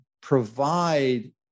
provide